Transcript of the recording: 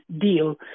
deal